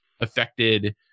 affected